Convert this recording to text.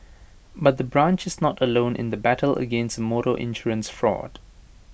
but the branch is not alone in the battle against motor insurance fraud